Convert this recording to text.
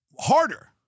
Harder